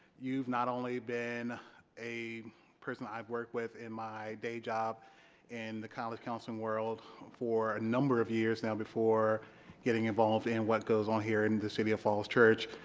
you've not only been a person i've worked with in my day job in the college counseling world for a number of years now before getting involved in what goes on here in the city of falls church,